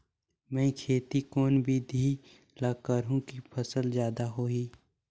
मै खेती कोन बिधी ल करहु कि फसल जादा होही